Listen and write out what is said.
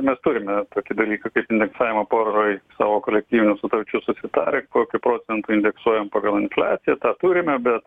mes turime tokį dalyką kaip indeksavimą poroje savo kolektyvinių sutarčių susitarę kokiu procentu indeksuojam pagal infliaciją tą turime bet